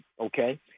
Okay